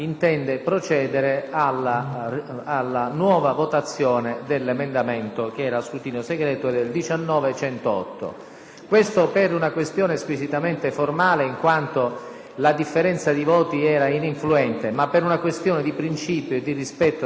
Questo per una questione squisitamente formale, in quanto la differenza di voti era ininfluente, ma per una questione di principio e di rispetto della regolarità del voto, questa Presidenza dispone che si torni a votare l'emendamento 19.108 a scrutinio segreto.